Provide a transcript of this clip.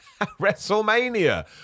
WrestleMania